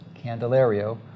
Candelario